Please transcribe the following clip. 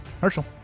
Herschel